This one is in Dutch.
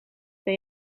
ben